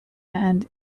hand